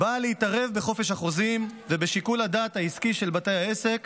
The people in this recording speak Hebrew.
באה להתערב בחופש החוזים ובשיקול הדעת העסקי של בתי העסק